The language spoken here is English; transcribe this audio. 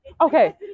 okay